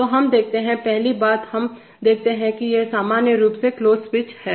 तो हम देखते हैं पहली बात हम देखते हैं कि ये सामान्य रूप से क्लोज स्विच हैं